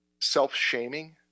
self-shaming